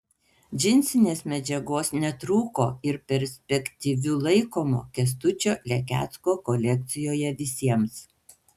džinsinės medžiagos netrūko ir perspektyviu laikomo kęstučio lekecko kolekcijoje visiems